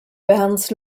bernds